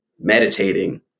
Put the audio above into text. meditating